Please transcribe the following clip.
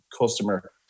customer